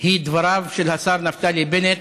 הוא דבריו של השר נפתלי בנט: